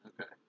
Okay